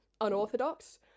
unorthodox